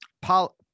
Paul